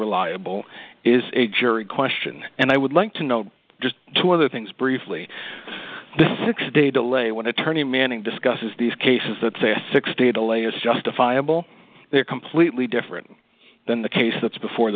reliable is a jury question and i would like to know just two other things briefly the six day delay when attorney manning discusses these cases that say a six day delay is justifiable they're completely different than the case that's before